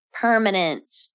permanent